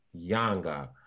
Yanga